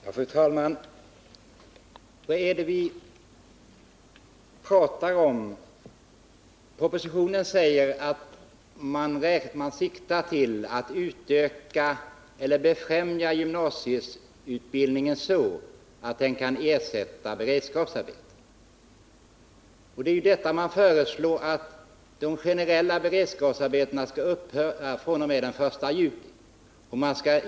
Fru talman! Vad är det vi pratar om? Propositionen säger att man siktar till att befrämja gymnasieutbildningen så att den kan ersätta beredskapsarbete. Vad man föreslår är ju att de generella beredskapsarbetena skall upphöra fr.o.m. den 1 juli.